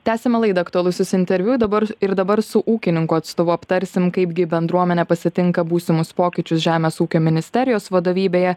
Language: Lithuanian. tęsiam laidą aktualusis interviu dabar ir dabar su ūkininkų atstovu aptarsim kaipgi bendruomenė pasitinka būsimus pokyčius žemės ūkio ministerijos vadovybėje